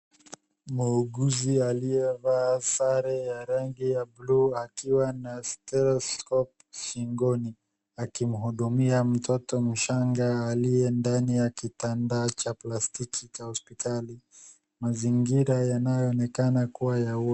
Muuguzi aliyevaa sare ya rangi ya bluu akiwa na steloscope shingoni akimhudumia mtoto mshanga aliye ndani ya kitanda cha plastiki cha hospitali. Mazingira yanayoonekana kuwa ya.....